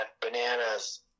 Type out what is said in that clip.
Bananas